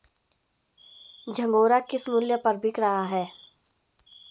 झंगोरा किस मूल्य पर बिक रहा है?